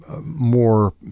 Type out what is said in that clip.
more